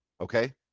okay